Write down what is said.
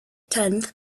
tenth